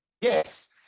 Yes